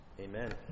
Amen